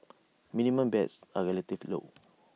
minimum bets are relatively low